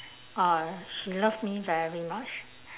ah she love me very much